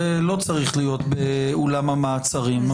זה לא צריך להיות באולם המעצרים.